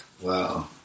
wow